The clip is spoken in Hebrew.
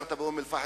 כשביקרת באום-אל-פחם,